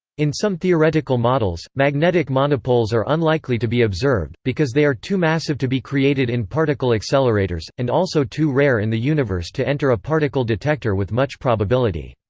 in some theoretical models, magnetic monopoles are unlikely to be observed, because they are too massive to be created in particle accelerators, and also too rare in the universe to enter a particle detector with much probability.